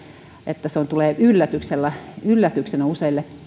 että se tulee yllätyksenä yllätyksenä useille